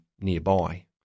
nearby